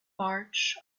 march